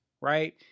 right